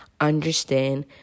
understand